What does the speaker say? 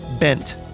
bent